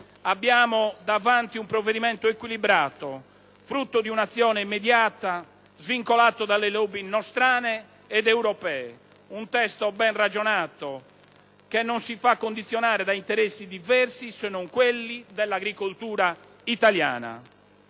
abbiamo davanti un provvedimento equilibrato, frutto di una azione mediata, svincolato dalle *lobby* nostrane ed europee, un testo ben ragionato, che non si fa condizionare da interessi diversi, se non quelli dell'agricoltura italiana.